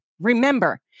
Remember